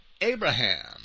Abraham